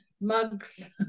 mugs